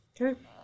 Okay